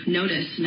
notice